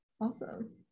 Awesome